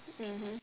mmhmm